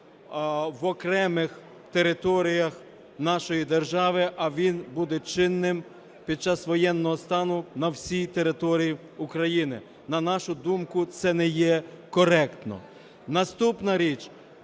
в окремих територіях нашої держави, а він буде чинним під час воєнного стану на свій території України. На нашу думку, це не є коректно. Наступна річ.